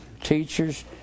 teachers